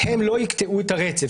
הן לא יקטעו את הרצף.